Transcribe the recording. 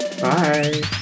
Bye